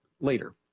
later